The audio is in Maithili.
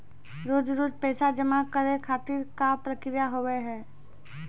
रोज रोज पैसा जमा करे खातिर का प्रक्रिया होव हेय?